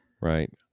right